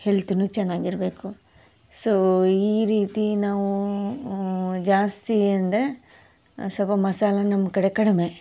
ಹೆಲ್ತುನೂ ಚೆನ್ನಾಗಿರ್ಬೇಕು ಸೋ ಈ ರೀತಿ ನಾವು ಜಾಸ್ತಿಯಂದರೆ ಸ್ವಲ್ಪ ಮಸಾಲೆ ನಮ್ಮ ಕಡೆ ಕಡಿಮೆ